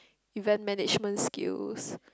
event management skills